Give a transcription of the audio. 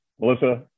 Melissa